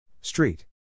Street